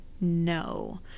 no